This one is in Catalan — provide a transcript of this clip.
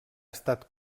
estat